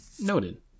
Noted